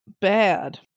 bad